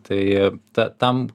tai ta tam